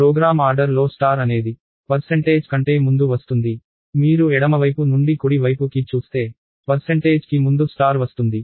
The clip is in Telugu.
ప్రోగ్రామ్ ఆర్డర్ లో స్టార్ అనేది పర్సెంటేజ్ కంటే ముందు వస్తుంది మీరు ఎడమవైపు నుండి కుడి వైపు కి చూస్తే పర్సెంటేజ్ కి ముందు స్టార్ వస్తుంది